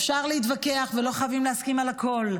אפשר להתווכח ולא חייבים להסכים על הכול,